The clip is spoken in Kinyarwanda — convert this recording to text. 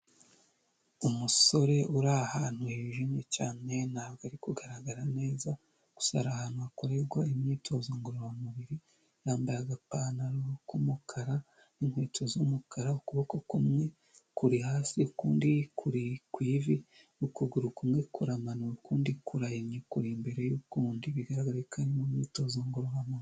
Umusore uri ahantu hijimye cyane ntabwo ari kugaragara neza gusa hari ahantu hakorerwa imyitozo ngororamubiri, yambaye agapantaro k'umukara n'inkweto z'umukara ukuboko kumwe kuri hasi ukundi kuri ku ivi, ukuguru kumwe kuramanuye, ukundi kurahimye kuri mbere y'ukundi bigaragara ko ari mu myitozo ngororamubiri.